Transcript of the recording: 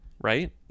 right